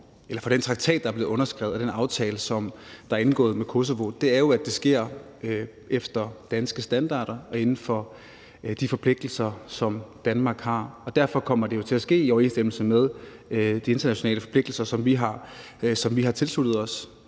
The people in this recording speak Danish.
for den traktat, der er blevet underskrevet, og den aftale, der er indgået med Kosovo, er jo, at det sker efter danske standarder og inden for de forpligtelser, som Danmark har. Derfor kommer det jo til at ske i overensstemmelse med de internationale forpligtelser, som vi har tilsluttet os.